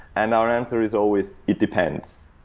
and our answer is always, it depends.